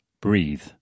Breathe